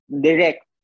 direct